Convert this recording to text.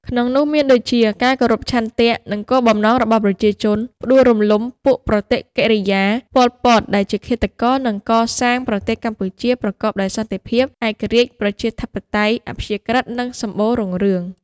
ក្នុងនោះមានដូចជា ការគោរពឆន្ទៈ និងគោលបំណងរបស់ប្រជាជន ផ្តួលរំលំពួកប្រតិកិរិយា ប៉ុល ពត ដែលជាឃាតករ និងកសាងលប្រទេសកម្ពុជាប្រកបដោយ សន្តិភាព ឯករាជ្យ ប្រជាធិបតេយ្យ អព្យាក្រឹត និង សម្បូររុងរឿង ។